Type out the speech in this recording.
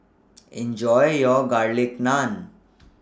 Enjoy your Garlic Naan